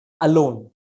alone